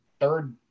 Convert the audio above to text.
third